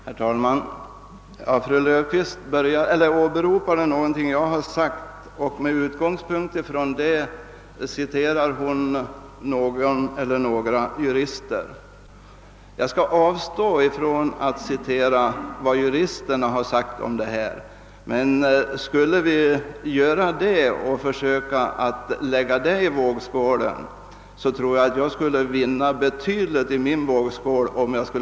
Herr talman! Fru Löfqvist åberopade någonting som jag hade sagt och med utgångspunkt från det citerade hon några jurister. Jag skall avstå från att citera vad juristerna sagt om detta. Skulle jag göra det och skulle vi lägga respektive uttalanden i två olika vågskålar skulle nog min vågskål väga tyngst.